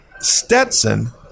Stetson